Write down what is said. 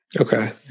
Okay